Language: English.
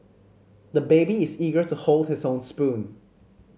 the baby is eager to hold his own spoon